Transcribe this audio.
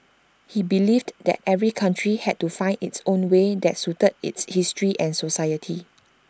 he believed that every country had to find its own way that suited its history and society